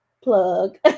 plug